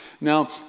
Now